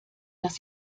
dass